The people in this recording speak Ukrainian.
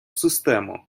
систему